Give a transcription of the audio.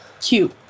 cute